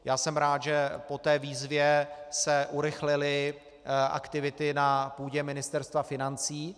Já jsem rád, že po té výzvě se urychlily aktivity na půdě Ministerstva financí.